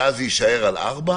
ואז זה יישאר על ארבעה.